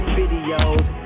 videos